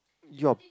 you are